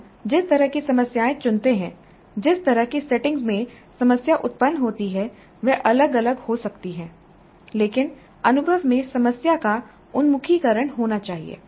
हम जिस तरह की समस्याएं चुनते हैं जिस तरह की सेटिंग में समस्या उत्पन्न होती है वह अलग अलग हो सकती है लेकिन अनुभव में समस्या का उन्मुखीकरण होना चाहिए